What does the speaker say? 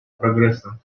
прогресса